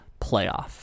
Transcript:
playoff